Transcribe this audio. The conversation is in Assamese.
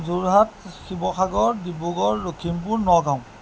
যোৰহাট শিৱসাগৰ ডিব্ৰুগড় লখিমপুৰ নগাঁও